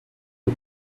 who